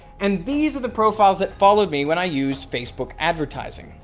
and these are the profiles that followed me when i used facebook advertising.